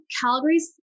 Calgary's